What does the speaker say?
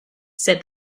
said